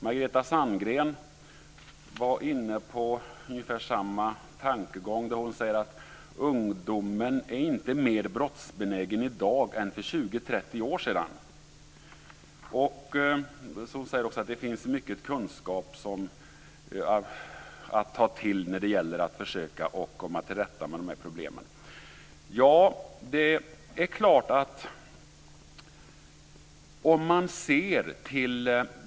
Margareta Sandgren var inne på ungefär samma tankegång. Hon sade att ungdomen inte är mer brottsbenägen i dag än för 20-30 år sedan. Hon säger också att det finns mycket kunskap att ta till när det gäller att försöka komma till rätta med de här problemen.